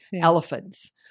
Elephants